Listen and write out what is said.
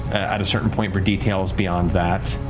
at a certain point for details beyond that.